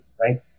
Right